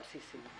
אבל קודם כול,